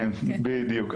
כן בדיוק.